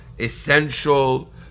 essential